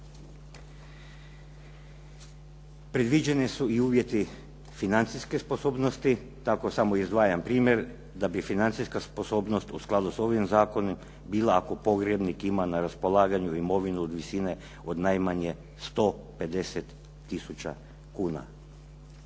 Predviđeni su i uvjeti financijske sposobnosti, tako samo izdvajam primjer da bi financijska sposobnost u skladu s ovim zakonom bila, ako pogrebnik ima na raspolaganju imovinu od visine od najmanje 150 tisuća kuna.